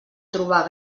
trobar